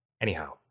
Anyhow